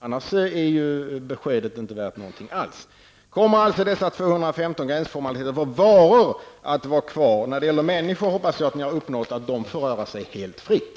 Annars är beskedet inte värt någonting alls. Kommer alltså dessa 215 gränsformaliteter för varor att vara kvar? När det gäller människor hoppas jag ni uppnått att de får röra sig helt fritt.